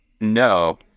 no